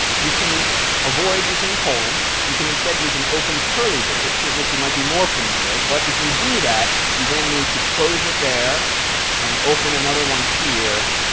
you can avoid using the colons. you can, instead, use an open curly brace with which you might be more familiar. but if you do that, you then need to close it there and open another one here,